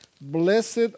Blessed